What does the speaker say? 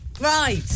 Right